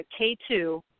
K2